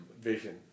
vision